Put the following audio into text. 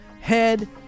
head